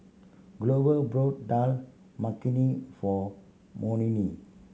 Glover brought Dal Makhani for Monnie